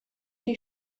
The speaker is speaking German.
die